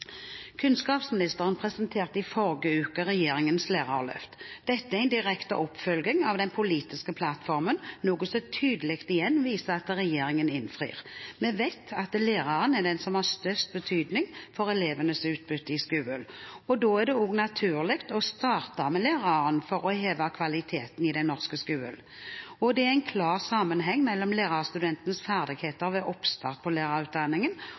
Kunnskapsministeren presenterte i forrige uke regjeringens lærerløft. Dette er en direkte oppfølging av den politiske plattformen, noe som tydelig igjen viser at regjeringen innfrir. Vi vet at læreren er den som har størst betydning for elevenes utbytte i skolen. Da er det også naturlig å starte med lærerne for å heve kvaliteten i den norske skolen. Det er en klar sammenheng mellom lærerstudentenes ferdigheter ved oppstart av lærerutdanningen